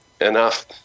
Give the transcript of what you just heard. enough